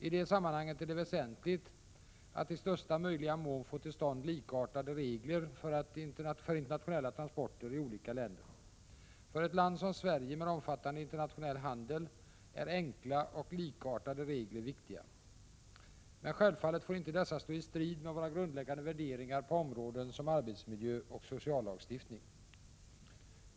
I det sammanhanget är det väsentligt att i största möjliga mån få till stånd likartade regler för internationella transporter i olika länder. För ett land som Sverige med omfattande internationell handel är enkla och likartade regler viktiga. Men självfallet får inte dessa stå i strid med våra grundläggande värderingar på områden som arbetsmiljö och sociallagstiftning.